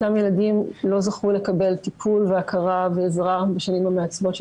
אותם ילדים לא זכו לקבל טיפול והכרה ועזרה בשנים המעצבות של